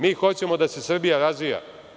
Mi hoćemo da se Srbija razvija.